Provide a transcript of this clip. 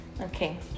Okay